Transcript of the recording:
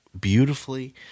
beautifully